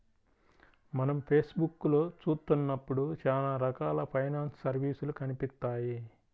మనం ఫేస్ బుక్కులో చూత్తన్నప్పుడు చానా రకాల ఫైనాన్స్ సర్వీసులు కనిపిత్తాయి